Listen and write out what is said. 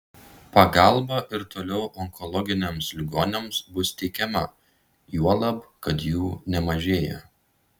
pagalba ir toliau onkologiniams ligoniams bus teikiama juolab kad jų nemažėja